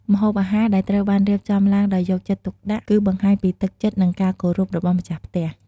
ម្ហូបអាហារដែលត្រូវបានរៀបចំឡើងដោយយកចិត្តទុកដាក់ គឺបង្ហាញពីទឹកចិត្ត និងការគោរពរបស់ម្ចាស់ផ្ទះ។